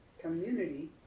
community